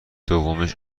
دومیش